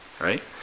right